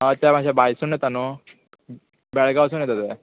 होय तें मातशे भायसून येता न्हू बेळगांवसून येता ते